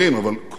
אבל קודם כול,